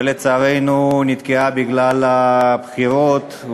ולצערנו נתקעה בגלל הבחירות.